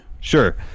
Sure